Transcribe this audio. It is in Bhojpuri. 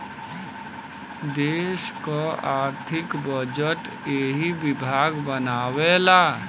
देस क आर्थिक बजट एही विभाग बनावेला